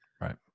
Right